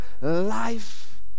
life